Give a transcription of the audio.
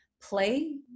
play